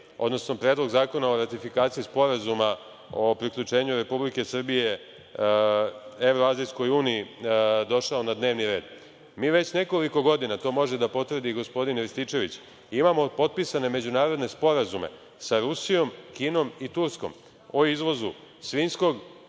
je ovaj Predlog zakona o ratifikaciji Sporazuma o priključenju Republike Srbije Evroazijskoj uniji došao na dnevni red, mi već nekoliko godina, to može da potvrdi i gospodin Rističević, imamo potpisane međunarodne sporazume sa Rusijom, Kinom i Turskom o izvozu svinjskog